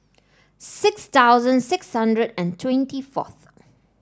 six thousand six hundred and twenty four